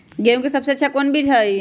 गेंहू के सबसे अच्छा कौन बीज होई?